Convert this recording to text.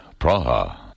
Praha